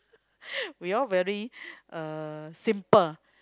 we all very uh simple